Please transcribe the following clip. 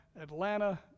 Atlanta